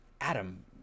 adam